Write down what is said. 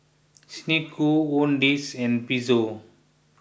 Snek Ku Owndays and Pezzo